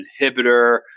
inhibitor